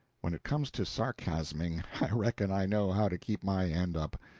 when it comes to sarcasming, i reckon i know how to keep my end up.